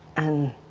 and